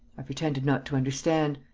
i pretended not to understand.